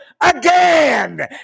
again